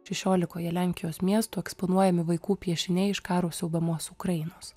šešiolikoje lenkijos miestų eksponuojami vaikų piešiniai iš karo siaubiamos ukrainos